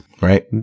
Right